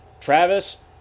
Travis